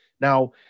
Now